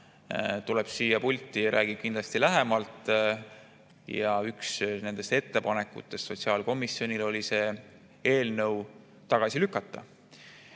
tuleb siia pulti ja räägib kindlasti lähemalt. Üks ettepanekutest sotsiaalkomisjonil oli see eelnõu tagasi lükata.